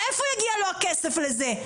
מאיפה יגיע לו הכסף לזה?